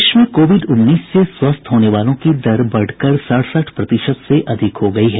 प्रदेश में कोविड उन्नीस से स्वस्थ होने वालों की दर बढ़कर सड़सठ प्रतिशत से अधिक हो गयी है